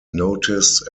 noticed